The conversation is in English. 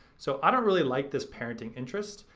so i don't really like this parenting interest,